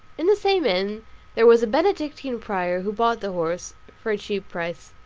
in the same inn there was a benedictine prior who bought the horse for a cheap price.